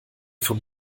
vom